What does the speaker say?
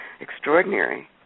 extraordinary